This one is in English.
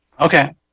okay